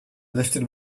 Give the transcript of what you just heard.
lifted